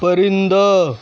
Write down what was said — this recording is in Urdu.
پرندہ